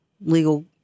legal